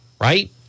right